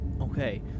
Okay